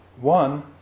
One